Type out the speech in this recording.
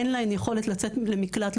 ואין להן יכולת לצאת למקלט.